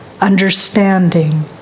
understanding